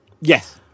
Yes